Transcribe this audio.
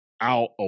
out